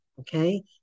okay